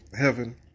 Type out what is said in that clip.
heaven